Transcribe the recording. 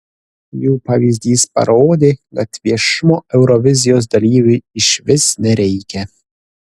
jų pavyzdys parodė kad viešumo eurovizijos dalyviui išvis nereikia